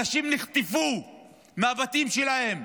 אנשים נחטפו מהבתים שלהם,